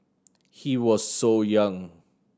he was so young